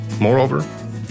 Moreover